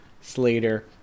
Slater